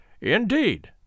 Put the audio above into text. Indeed